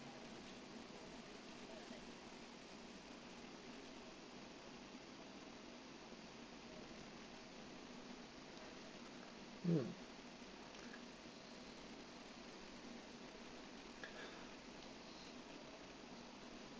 mm